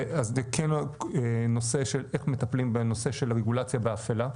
וזה יהיה נושא של איך מטפלים בנושא של רגולציה באפלה.